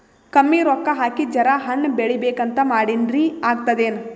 ಕಮ್ಮಿ ರೊಕ್ಕ ಹಾಕಿ ಜರಾ ಹಣ್ ಬೆಳಿಬೇಕಂತ ಮಾಡಿನ್ರಿ, ಆಗ್ತದೇನ?